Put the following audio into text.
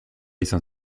izan